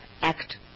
act